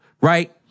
right